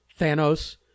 Thanos